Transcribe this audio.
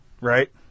right